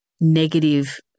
negative